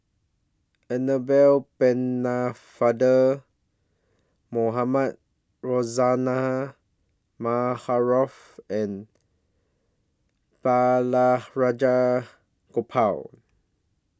Annabel Pennefather Mohamed Rozani Maarof and Balraj Gopal